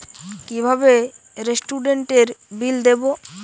কিভাবে রেস্টুরেন্টের বিল দেবো?